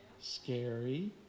Scary